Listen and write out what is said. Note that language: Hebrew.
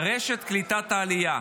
רשת קליטת העלייה.